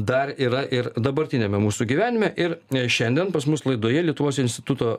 dar yra ir dabartiniame mūsų gyvenime ir šiandien pas mus laidoje lietuvos instituto